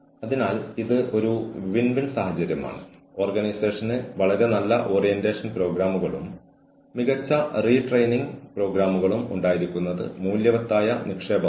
അതിനാൽ ടെലികമ്മ്യൂട്ടർമാർക്ക് സ്ഥിരതയുള്ള കണക്ഷനും ടെലികമ്മ്യൂട്ടിനായി ഉപയോഗിക്കാൻ കഴിയുന്ന സ്ഥിരതയുള്ള ആശ്രയയോഗ്യമായ സാങ്കേതികവിദ്യയും ഉണ്ടായിരിക്കേണ്ടത് അത്യന്താപേക്ഷിതമാണ്